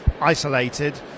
isolated